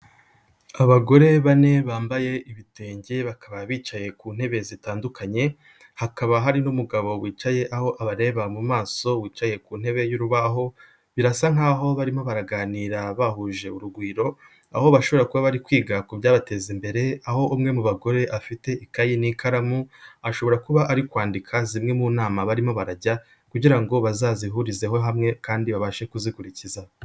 Abagore bane bambaye ibitenge bakaba bicaye ku ntebe zitandukanye, hakaba hari n'umugabo wicaye aho abareba mu maso wicaye ku ntebe y'urubaho birasa nk'aho barimo baraganira bahuje urugwiro aho bashobora kuba bari kwiga ku byabateza imbere aho umwe mu bagore afite ikayi n'ikaramu ashobora kuba ari kwandika zimwe mu nama barimo barajya kugira ngo bazazihurizeho hamwe kandi babashe kuzikurikiza.